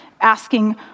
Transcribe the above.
asking